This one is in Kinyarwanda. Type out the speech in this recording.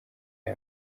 aya